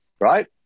right